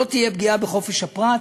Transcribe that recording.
שלא תהיה פגיעה בחופש הפרט.